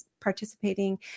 participating